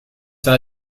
war